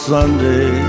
Sunday